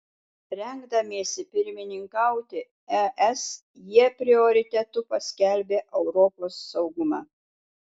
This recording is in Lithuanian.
rengdamiesi pirmininkauti es jie prioritetu paskelbė europos saugumą